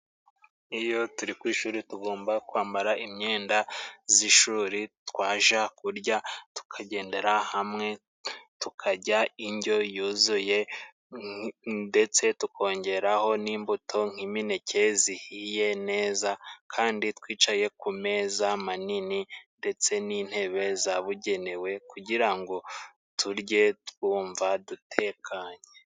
Iyo turi ku ishuri tugomba kwambara imyenda z'ishuri, twaja kurya tukagendera hamwe, tukajya injyo yuzuye ndetse tukongeraho n'imbuto nk'imineke zihiye neza kandi twicaye ku meza manini ndetse n'intebe zabugenewe kugira ngo turye twumva dutekanye.